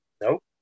nope